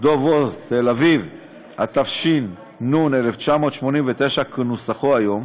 דב הוז (תל-אביב)), התש"ן 1989, כנוסחו היום,